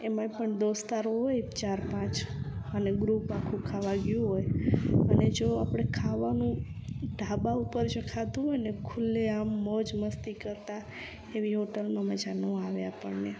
એમાંય દોસ્તારો હોય ચાર પાંચ અને ગ્રુપ આખું ખાવા ગયું હોય અને જો આપણે ખાવાનું ને જો ઢાબા ઉપર જો ખાધું હોય ને ખુલ્લેઆમ મોજ મસ્તી કરતા એવી હોટલમાં મજા ન આવે આપણને